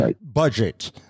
budget